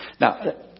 Now